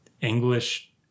English